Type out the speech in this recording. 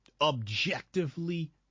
Objectively